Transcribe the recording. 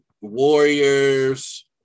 Warriors